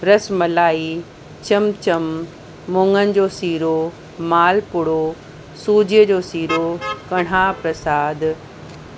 रसमलाई चमचम मुङन जो सीरो माल पुड़ो सूजीअ जो सीरो कणाह प्रसाद